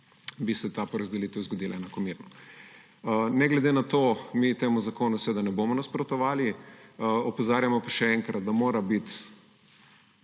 bi se ta porazdelitev zgodila enakomerno. Ne glede na to, mi temu zakonu seveda ne bomo nasprotovali. Opozarjamo pa še enkrat, da mora biti